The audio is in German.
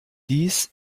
dies